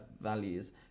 values